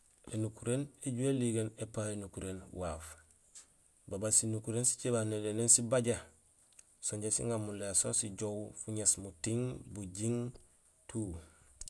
Ēnukuréén éjuhé éligéén épayo énukuréén waaf. Bbaaj sinukuréén babé noli néén sibajé, so inja siŋaar mulé so sijoow fuŋéés muting, bujing tout.